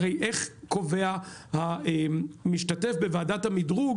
הרי איך קובע המשתתף בוועדת המדרוג,